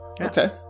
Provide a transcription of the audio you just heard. okay